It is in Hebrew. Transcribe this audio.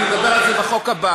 נדבר על זה בחוק הבא.